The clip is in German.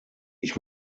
ich